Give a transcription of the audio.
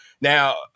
now